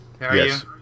Yes